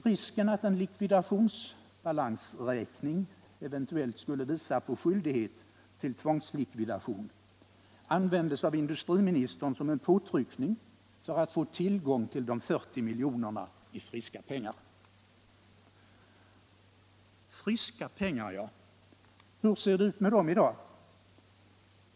Risken att en likvidationsbalansräkning eventuellt skulle visa på skyldighet till tvångslikvidation användes av industriministern som en påtryckning för att få tillgång till de 40 miljonerna i friska pengar. Friska pengar, ja. Hur ser det ut med dem i dag?